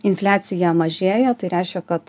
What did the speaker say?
infliacija mažėja tai reiškia kad